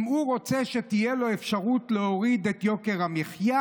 אם הוא רוצה שתהיה לו אפשרות להוריד את יוקר המחיה,